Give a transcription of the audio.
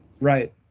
right